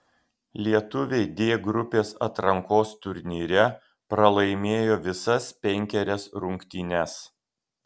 lietuviai d grupės atrankos turnyre pralaimėjo visas penkerias rungtynes